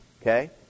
okay